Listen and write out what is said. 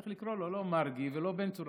צריך לקרוא לו לא "מרגי" ולא "בן צור".